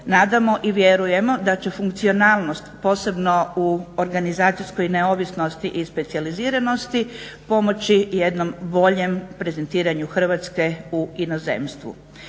nadamo i vjerujemo da će funkcionalnost posebno u organizacijskoj neovisnosti i specijaliziranosti pomoći jednom boljem prezentiranju Hrvatske u inozemstvu.